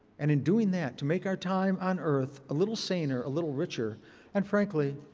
and in doing that, to make our time on earth a little saner, a little richer and frankly,